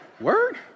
Word